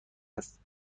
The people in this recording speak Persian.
است